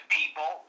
people